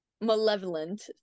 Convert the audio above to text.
Malevolent